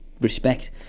respect